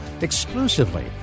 exclusively